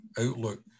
outlook